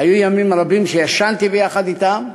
היו ימים רבים שישנתי ביחד אתם,